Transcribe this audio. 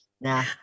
nah